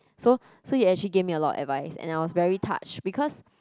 so so he actually gave me a lot of advice and I was very touched because